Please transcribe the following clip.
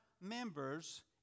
members